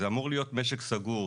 זה אמור להיות משק סגור,